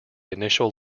initial